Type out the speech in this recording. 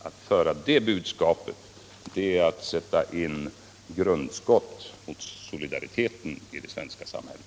Att föra ut ett sådant budskap är att sätta in grundskott mot solidariteten i det svenska samhället.